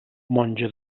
monja